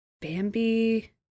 bambi